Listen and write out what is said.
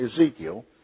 Ezekiel